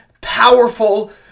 powerful